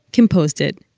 composed it,